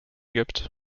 gibt